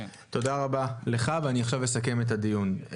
תודה רבה לך, ועכשיו אסכם את הדיון.